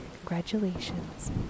congratulations